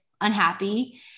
unhappy